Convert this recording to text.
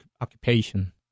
occupation